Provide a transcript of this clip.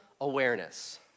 awareness